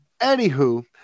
anywho